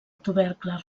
tubercle